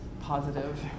positive